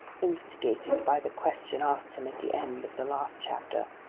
instigated by the question asked him at the end of the last chapter,